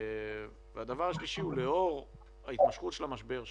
והדבר השלישי, לאור התמשכות המשבר שם,